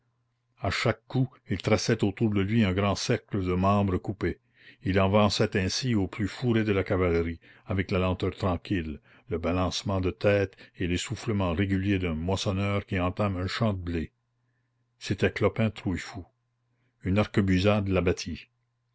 à chaque coup il traçait autour de lui un grand cercle de membres coupés il avançait ainsi au plus fourré de la cavalerie avec la lenteur tranquille le balancement de tête et l'essoufflement régulier d'un moissonneur qui entame un champ de blé c'était clopin trouillefou une